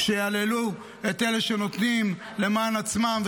שלא יהללו את אלה שנותנים למען עצמם,